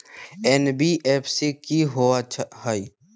NBFC कि होअ हई?